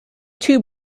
two